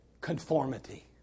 conformity